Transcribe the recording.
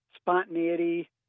spontaneity